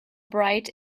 bright